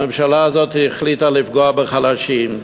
הממשלה הזאת החליטה לפגוע בחלשים,